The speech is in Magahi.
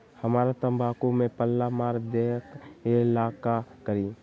हमरा तंबाकू में पल्ला मार देलक ये ला का करी?